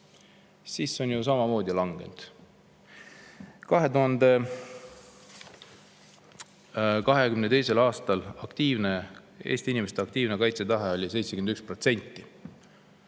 See on ju samamoodi langenud. 2022. aastal oli Eesti inimeste aktiivne kaitsetahe 71%,